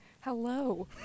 Hello